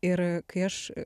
ir kai aš